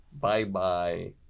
Bye-bye